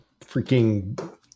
freaking